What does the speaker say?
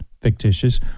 fictitious